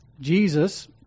Jesus